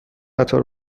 قطار